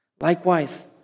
Likewise